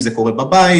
אם זה קורה בבית,